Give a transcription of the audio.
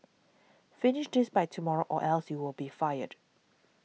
finish this by tomorrow or else you'll be fired